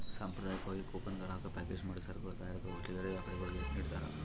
ಸಾಂಪ್ರದಾಯಿಕವಾಗಿ ಕೂಪನ್ ಗ್ರಾಹಕ ಪ್ಯಾಕೇಜ್ ಮಾಡಿದ ಸರಕುಗಳ ತಯಾರಕರು ಚಿಲ್ಲರೆ ವ್ಯಾಪಾರಿಗುಳ್ಗೆ ನಿಡ್ತಾರ